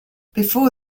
before